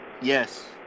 Yes